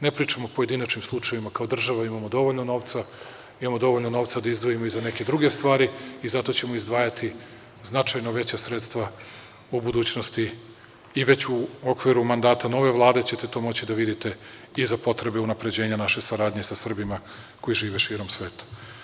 Ne pričam o pojedinačnim slučajevima, kao država imamo dovoljno novca, imamo dovoljno novca da izdvojimo i za neke druge stvari i zato ćemo izdvajati značajno veća sredstva u budućnosti i veću u okviru mandata nove Vlade ćete moći da vidite i za potrebe unapređenja naše saradnje sa Srbima koji žive širom sveta.